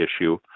issue